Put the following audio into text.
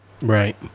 Right